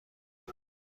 کنم